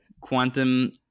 quantum